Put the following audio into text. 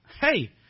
Hey